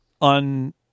on